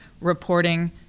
reporting